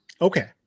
Okay